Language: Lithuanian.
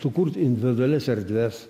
sukurt individualias erdves